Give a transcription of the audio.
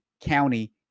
county